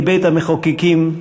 כבית-המחוקקים,